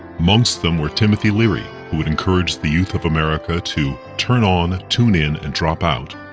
amongst them were timothy leary, who would encourage the youth of america to turn on, tune in and drop out,